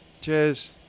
Cheers